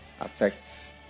affects